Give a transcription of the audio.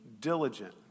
diligent